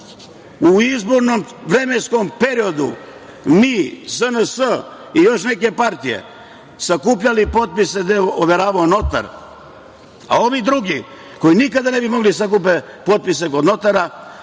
u izbornom vremenskom periodu. Mi, SNS i još neke partije sakupljali potpise, gde je overavao notar, a ovi drugi, koji nikada ne bi mogli da sakupe potpise kod notara,